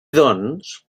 doncs